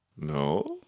No